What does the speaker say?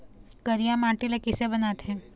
करिया माटी ला किसे बनाथे?